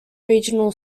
regional